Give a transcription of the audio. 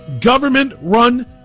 government-run